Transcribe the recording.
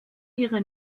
ihre